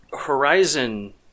Horizon